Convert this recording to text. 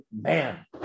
man